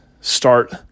start